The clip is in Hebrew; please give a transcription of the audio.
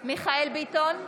מיכאל מרדכי ביטון,